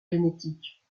génétiques